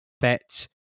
bet